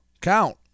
count